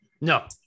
No